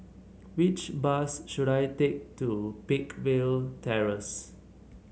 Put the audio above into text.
which bus should I take to Peakville Terrace